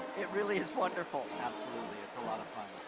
it really is wonderful. absolutely, it's a lot of fun.